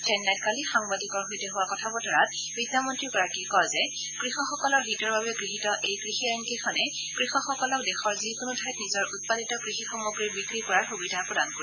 চেন্নাইত কালি সাংবাদিকৰ সৈতে হোৱা কথা বতৰাত বিত্তমন্ত্ৰীগৰাকীয়ে কয় যে কৃষকসকলৰ হিতৰ বাবে গৃহীত এই কৃষি আইনকেইখনে কৃষকসকলক দেশৰ যিকোনো ঠাইত নিজৰ উৎপাদিত কৃষি সামগ্ৰী বিক্ৰী কৰাৰ সুবিধা প্ৰদান কৰিব